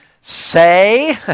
say